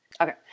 Okay